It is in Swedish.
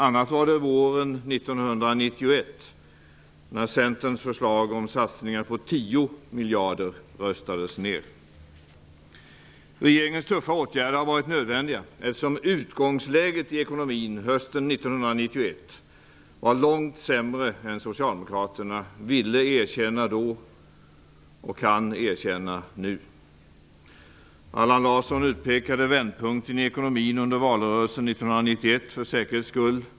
Annat var det våren 1991 när Regeringens tuffa åtgärder har varit nödvändiga, eftersom utgångsläget i ekonomin hösten 1991 var långt sämre än Socialdemokraterna då ville erkänna och kan erkänna nu. Allan Larsson utpekade vändpunkten i ekonomin under valrörelsen 1991 för säkerhets skull.